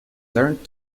learnt